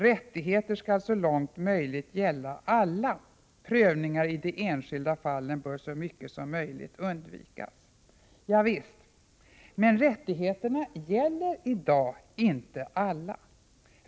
Rättigheter skall så långt möjligt gälla alla. Prövningar i de enskilda fallen bör enligt min mening så mycket som möjligt undvikas.” Så säger socialministern. Javisst, men rättigheterna gäller inte alla.